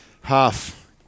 half